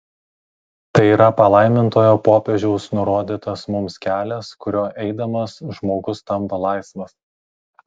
tai yra palaimintojo popiežiaus nurodytas mums kelias kuriuo eidamas žmogus tampa laisvas